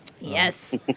Yes